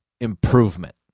improvement